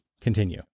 Continue